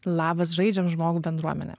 labas žaidžiam žmogų bendruomene